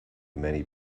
many